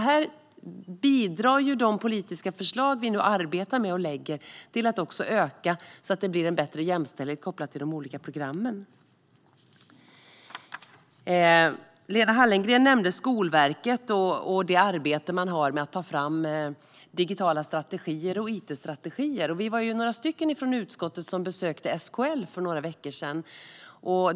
Här bidrar de politiska förslag vi nu arbetar med och lägger fram till skapa en bättre jämställdhet inom de olika programmen. Lena Hallengren nämnde Skolverket och arbetet med att ta fram digitala strategier och it-strategier. Vi var några från utskottet som besökte SKL för några veckor sedan.